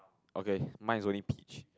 okay mine is only peach